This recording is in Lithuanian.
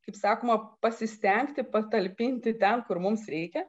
kaip sakoma pasistengti patalpinti ten kur mums reikia